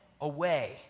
away